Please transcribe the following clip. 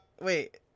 Wait